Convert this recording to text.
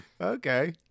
Okay